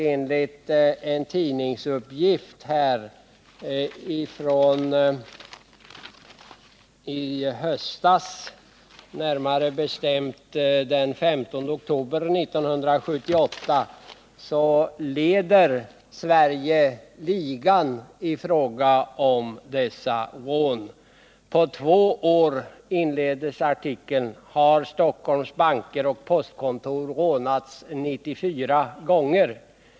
Enligt en tidningsuppgift från den 15 oktober 1978 leder Sverige ligan i fråga om dessa rån. ”På två år”, sägs det inledningsvis i artikeln, ”har Stockholms banker och postkontor rånats 94 gånger.